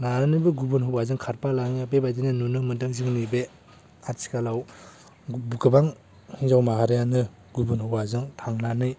लानानैबो गुबुन हौवाजों खारफा लाङो बेबायदिनो नुनो मोन्दों जोंनि बे आथिखालाव गोबां हिनजाव माहारियानो गुबुन हौवाजों थांनानै